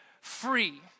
free